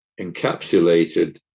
encapsulated